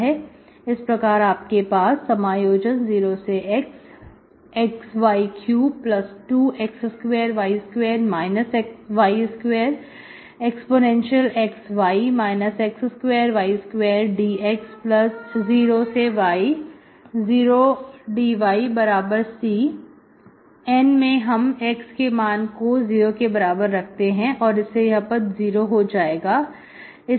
इस प्रकार आपके पास 0xxy32x2y2 y2 dx0y0 dyC N में हम x के मान को 0 के बराबर रखते हैं इससे यह पद जीरो हो जाएगा